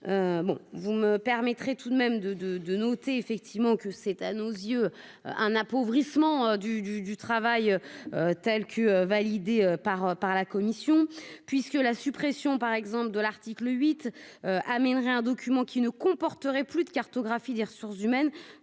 vous me permettrez tout de même de de de noter effectivement que c'est à nos yeux un appauvrissement du du du travail telle validée par par la Commission puisque la suppression par exemple de l'article 8 amènerait un document qui ne comporterait plus de cartographie des ressources humaines